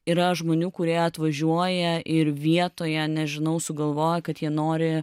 yra žmonių kurie atvažiuoja ir vietoje nežinau sugalvojo kad jie nori